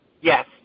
Yes